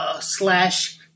slash